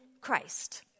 Christ